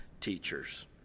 teachers